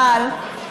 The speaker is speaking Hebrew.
אבל